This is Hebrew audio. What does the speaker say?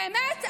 באמת,